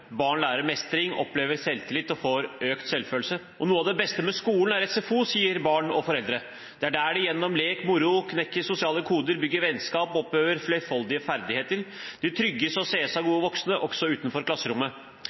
Barn lærer mestring, opplever selvtillit og får økt selvfølelse. Noe av det beste med skolen er SFO, sier barn og foreldre. Det er der de gjennom lek og moro knekker sosiale koder, bygger vennskap og opplever flerfoldige ferdigheter. De trygges og ses av gode voksne også utenfor klasserommet.